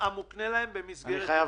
בשם המשותפת.